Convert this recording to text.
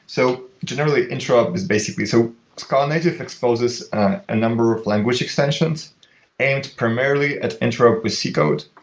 so generally, interopt is basically so scale-native exposes a number of language extensions aimed primarily at interop with c code.